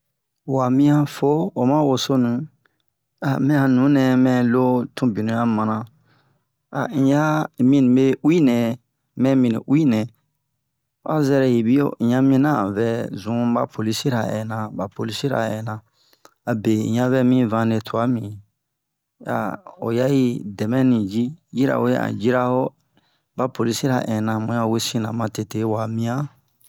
Wa miyan fo o ma wosonu mɛ a nunɛ mɛ lo tun binu a mana in ya un mi nibe uwi nɛ mɛ mini uwi nɛ a zɛrɛ yibiyo un ɲa mina a un vɛ zun ba polisira inna ba polisira inna abe un ɲa vɛ mi vane twa mi a o ya i dɛmɛni yirawe a un jira ho ba polisira inna mu ɲa a wesina ma tete wa miyan